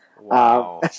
Wow